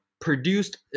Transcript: produced